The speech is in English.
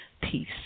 Peace